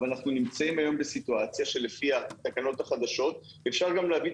אבל אנחנו נמצאים היום בסיטואציה שלפי התקנות החדשות אפשר גם להביא